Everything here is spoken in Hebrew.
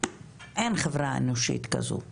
אין חברה אנושית כזו.